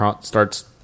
starts